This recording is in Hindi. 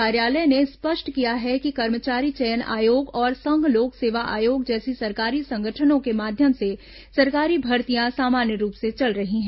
कार्यालय ने स्पष्ट किया है कि कर्मचारी चयन आयोग और संघ लोक सेवा आयोग जैसे सरकारी संगठनों के माध्यम से सरकारी भर्तियां सामान्य रूप से चल रही हैं